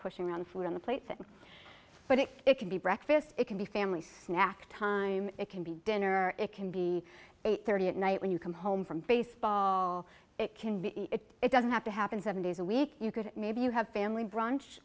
pushing around food on the plate thing but it it could be breakfast it can be family snack time it can be dinner it can be eight thirty at night when you come home from baseball it can be if it doesn't have to happen seven days a week you could maybe you have family brunch